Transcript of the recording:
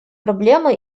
проблемы